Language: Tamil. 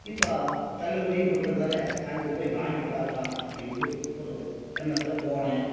இப்போ தள்ளிப்படியும் கொடுக்குறதால அங்கே போய் வாங்கி பார்க்கலாம் அப்படின்ட்டு ஒரு எண்ணத்தில் போனேன்